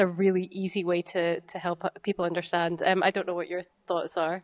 a really easy way to help people understand and i don't know what your thoughts are